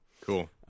Cool